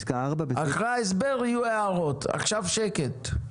זה לא מופיע עכשיו בנוסח המעודכן,